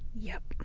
yep.